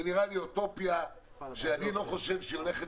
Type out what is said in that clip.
זה נראה לי אוטופיה שאני לא חושב שהיא הולכת